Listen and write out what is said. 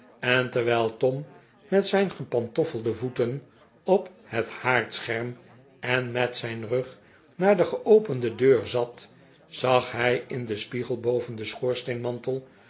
en terwijl tom met zijn gepantoffelde voeten op het haardseherm en met zijn rug naar de geopende deur zat zag hij in den spiegel boven den